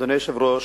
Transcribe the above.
אדוני היושב-ראש,